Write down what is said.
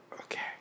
Okay